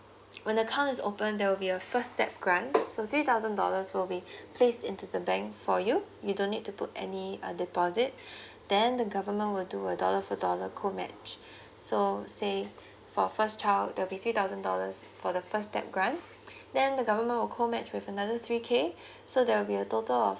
when account is open there will be a first step grant book so three thousand dollars will be placed into the bank for you don't need to put any uh deposit then the government will do a dollar for dollar cold match so say for first child there'll be two thousand dollars for the first step grant then the government will call match with another three K so there will be a total of